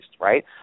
right